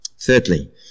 Thirdly